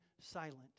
silent